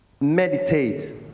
meditate